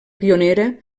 pionera